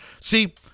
See